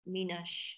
Minash